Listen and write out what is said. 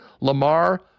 Lamar